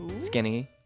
Skinny